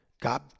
got